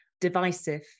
divisive